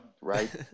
right